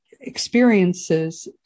experiences